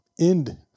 end